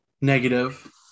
Negative